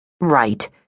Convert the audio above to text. Right